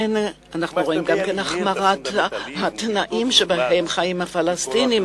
אנחנו רואים גם החמרת התנאים שבהם חיים הפלסטינים,